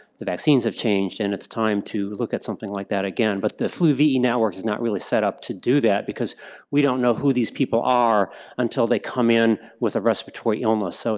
the vaccines have changed and it's time to look at something like that again. but the flu ve network is not really set-up to do that because we don't know who these people are until they come in with a respiratory illness, so